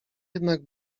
jednak